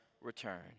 return